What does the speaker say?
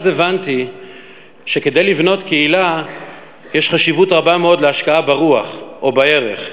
אז הבנתי שכדי לבנות קהילה יש חשיבות רבה מאוד להשקעה ברוח או בערך.